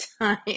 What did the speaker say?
time